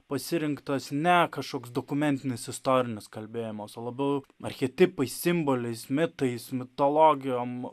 pasirinktas ne kažkoks dokumentinis istorinis kalbėjimas o labiau archetipais simboliais mitais mitologijom